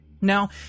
Now